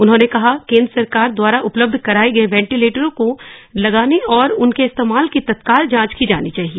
उन्होंने कहा केन्द्र सरकार द्वारा उपलब्ध कराए गए वेंटीलेटरों को लगाने और उनके इस्तेमाल की तत्काल जांच की जानी चाहिए